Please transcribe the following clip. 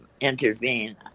intervene